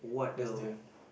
that's the